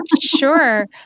sure